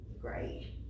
great